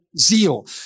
zeal